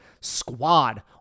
Squad